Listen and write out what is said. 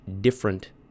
different